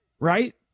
Right